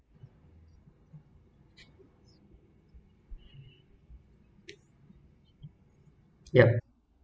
yup